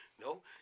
No